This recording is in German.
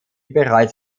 bereits